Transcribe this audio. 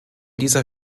dieser